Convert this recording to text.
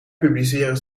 publiceren